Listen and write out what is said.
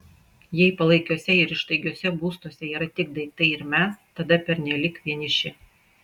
jei palaikiuose ar ištaigiuose būstuose yra tik daiktai ir mes tada pernelyg vieniši